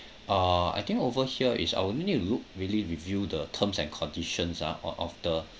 uh I think over here is I will need to look really review the terms and conditions ah of of the